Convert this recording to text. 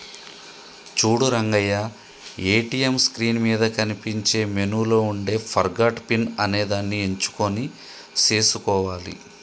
చూడు Rangayya ATM screen మీద కనిపించే మెనూలో ఉండే ఫర్గాట్ పిన్ అనేదాన్ని ఎంచుకొని సేసుకోవాలి